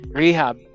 rehab